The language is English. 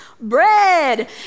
bread